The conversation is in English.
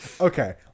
Okay